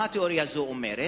מה התיאוריה הזאת אומרת?